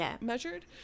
measured